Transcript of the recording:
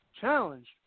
challenged